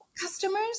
customers